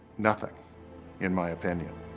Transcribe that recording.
nothing in my opinion